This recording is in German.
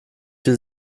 viel